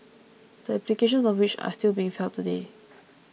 the implications of which are still being felt today